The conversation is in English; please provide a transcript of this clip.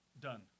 Done